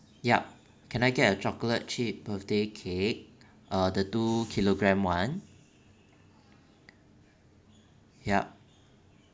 yup can I get a chocolate chip birthday cake uh the two kilogram one yup